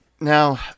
Now